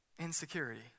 insecurity